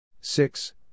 Six